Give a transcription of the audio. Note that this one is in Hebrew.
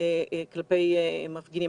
כלפי מפגינים.